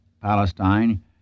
Palestine